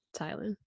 Thailand